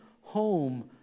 home